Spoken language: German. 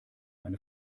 eine